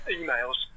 emails